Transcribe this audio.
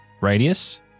radius